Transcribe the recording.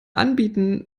anbieten